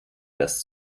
das